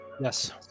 yes